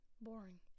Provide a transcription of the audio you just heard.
boring